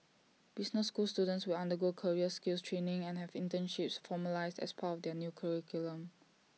business school students will undergo career skills training and have internships formalised as part of the new curriculum